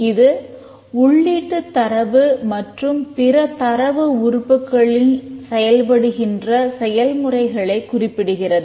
இது உள்ளீட்டுத் தரவு மற்றும் பிறகு தரவு உறுப்புகளில் செய்யப்படுகின்ற செயல்முறையைக் குறிப்பிடுகிறது